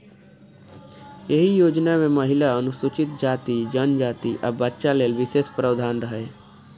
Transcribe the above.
एहि योजना मे महिला, अनुसूचित जाति, जनजाति, आ बच्चा लेल विशेष प्रावधान रहै